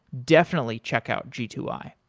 definitely check out g two i.